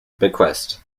bequest